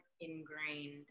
ingrained